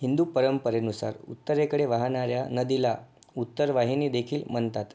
हिंदू परंपरेनुसार उत्तरेकडे वाहणाऱ्या नदीला उत्तरवाहिनी देखील म्हणतात